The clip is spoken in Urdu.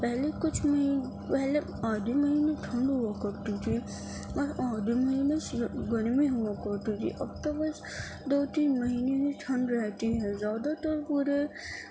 پہلے کچھ مہی پہلے آدھے مہینے ٹھنڈ ہوا کرتی تھی اور آدھے مہینے صرف گرمی ہوا کرتی تھی اب تو بس دو تین مہینے ہی ٹھنڈ رہتی ہے زیادہ تر پورے